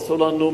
אסור לנו,